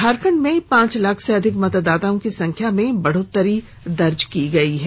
झारखंड में पांच लाख से अधिक मतदाताओं की संख्या में बढ़ोत्तरी दर्ज की गयी है